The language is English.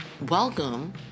Welcome